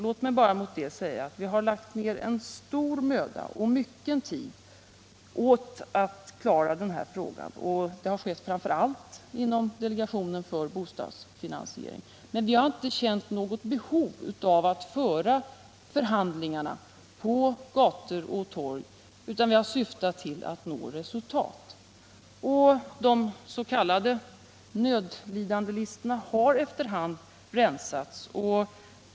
Låt mig till det bara säga att vi har lagt ned stor möda och mycken tid på att klara den här frågan. Det har skett framför allt inom delegationen för bostadsfinansiering. Vi har inte känt något behov av att föra förhandlingarna på gator och torg, utan vi har syftat till att nå resultat. De s.k. nödlidandelistorna har efter hand rensats.